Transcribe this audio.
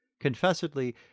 Confessedly